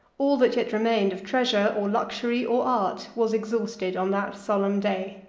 all that yet remained of treasure, or luxury, or art, was exhausted on that solemn day.